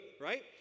right